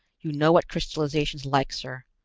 you know what crystallization's like, sir.